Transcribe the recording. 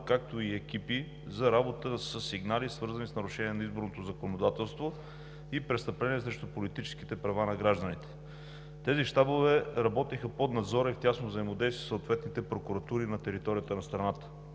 щабове и екипи за работа със сигнали, свързани с нарушения на изборното законодателство и с престъпления срещу политическите права на гражданите. Тези щабове работеха под надзора и тясното взаимодействие със съответните прокуратури на територията на страната.